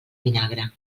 vinagre